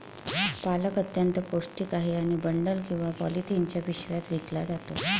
पालक अत्यंत पौष्टिक आहे आणि बंडल किंवा पॉलिथिनच्या पिशव्यात विकला जातो